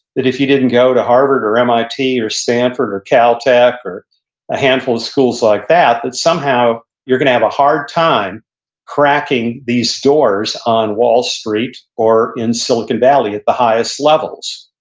that if you didn't go to harvard or mit or stanford or caltech or a handful of schools like that, that somehow you're going to have a hard time cracking these doors on wall street or in silicon valley at the highest levels